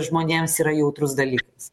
žmonėms yra jautrus dalykas